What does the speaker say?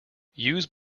use